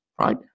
right